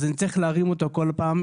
אז אני צריך להרים אותו כל פעם.